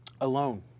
Alone